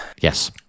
Yes